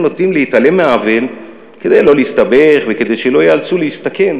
הם נוטים להתעלם מהעוול כדי שלא להסתבך וכדי שלא ייאלצו להסתכן